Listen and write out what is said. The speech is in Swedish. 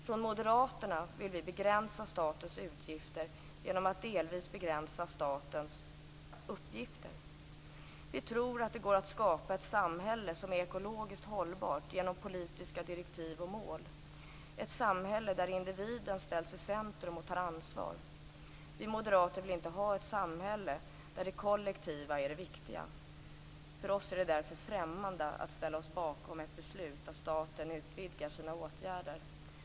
Från Moderaternas sida vill vi begränsa statens utgifter genom att delvis begränsa statens uppgifter. Vi tror att det går att skapa ett samhälle som är ekologiskt hållbart genom politiska direktiv och mål, ett samhälle där individen ställs i centrum och tar ansvar. Vi moderater vill inte ha ett samhälle där det kollektiva är det viktiga. För oss är det därför främmande att ställa oss bakom ett beslut om att staten utvidgar sina åtgärder.